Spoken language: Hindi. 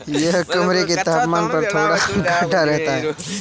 यह कमरे के तापमान पर थोड़ा गाढ़ा रहता है